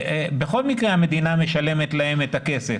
בכל מקרה המדינה משלמת להן את הכסף,